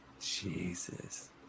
Jesus